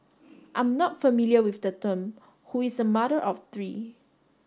I'm not familiar with the term who is a mother of three